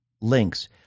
links